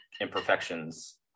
imperfections